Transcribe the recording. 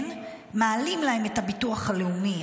מעלים להם את הביטוח הלאומי,